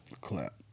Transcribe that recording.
Clap